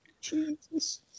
Jesus